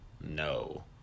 No